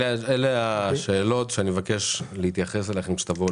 אלה השאלות שאני מבקש להתייחס אליהן כשתבואו